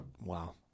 Wow